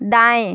दाएं